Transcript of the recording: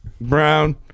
Brown